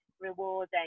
rewarding